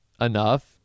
enough